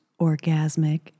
orgasmic